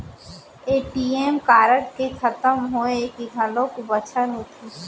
ATM card के खतम होए के घलोक बछर होथे